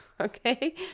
okay